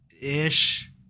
ish